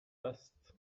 است